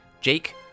Jake